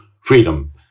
freedom